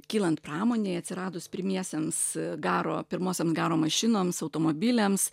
kylant pramonei atsiradus pirmiesiems garo pirmosioms garo mašinoms automobiliams